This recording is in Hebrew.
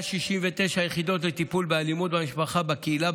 169 יחידות לטיפול באלימות במשפחה בקהילה,